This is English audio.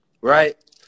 right